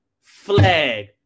flag